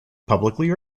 publicly